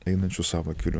einančiu savo keliu